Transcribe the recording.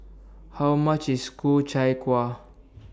How much IS Ku Chai Kueh